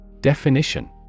Definition